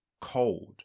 cold